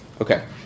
Okay